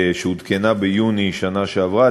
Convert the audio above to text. שעודכנה ביוני שנה שעברה,